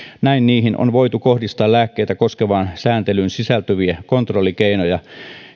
näin niihin on voitu kohdistaa lääkkeitä koskevaan sääntelyyn sisältyviä kontrollikeinoja